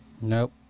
Nope